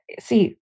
see